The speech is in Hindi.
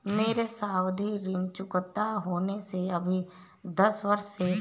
मेरे सावधि ऋण चुकता होने में अभी दस वर्ष शेष है